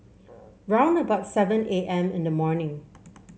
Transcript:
round about seven A M in the morning